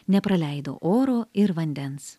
nepraleido oro ir vandens